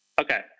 Okay